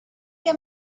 que